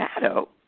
shadow